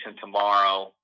tomorrow